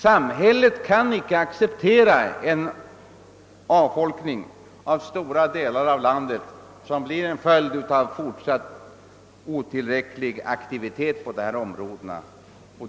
Samhället kan icke acceptera den avfolkning av stora delar av landet, som blir en följd av fortsatt otillräcklig aktivitet på dessa områden.